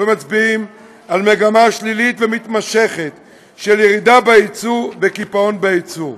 ומצביעים על מגמה שלילית ומתמשכת של ירידה ביצוא וקיפאון בייצור,